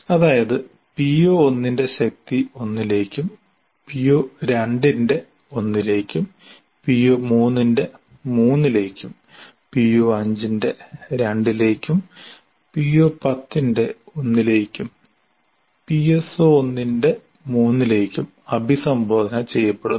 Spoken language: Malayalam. അതായത് PO1 ന്റെ ശക്തി 1 ലേക്കും PO2ന്റെ 1 ലേക്കും PO3ന്റെ 3 ലേക്കും PO5ന്റെ 2 ലേക്കും PO10ന്റെ 1 ലേക്കും PSO1ന്റെ 3 ലേക്കും അഭിസംബോധന ചെയ്യപ്പെടുന്നു